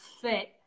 fit